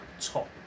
top